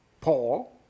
Paul